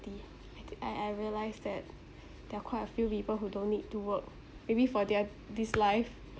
I I realise that there are quite a few people who don't need to work maybe for their this life